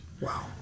Wow